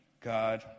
God